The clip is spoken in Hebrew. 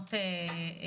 לשנות את